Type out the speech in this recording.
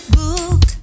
book